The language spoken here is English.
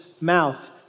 mouth